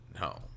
No